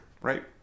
right